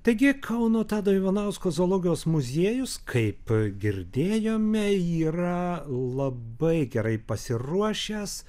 taigi kauno tado ivanausko zoologijos muziejus kaip girdėjome yra labai gerai pasiruošęs